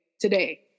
Today